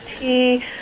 tea